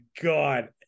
god